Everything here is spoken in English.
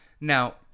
now